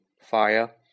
fire